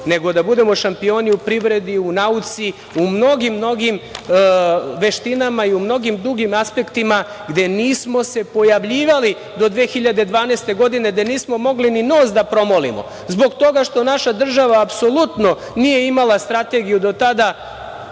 nego da budemo šampioni u privredi, u nauci, u mnogim veštinama i u mnogim drugim aspektima gde se nismo pojavljivali do 2012. godine, gde nismo mogli ni nos da promolimo, zbog toga što naša država apsolutno nije imala strategiju do tada